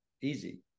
easy